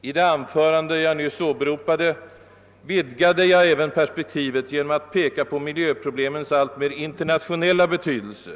I det anförande som jag nyss åberopade vidgade jag perspektivet genom att även peka på miljöproblemens alltmer internationella betydelse.